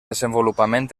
desenvolupament